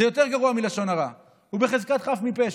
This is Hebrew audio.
זה יותר גרוע מלשון הרע, הוא בחזקת חף מפשע,